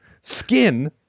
skin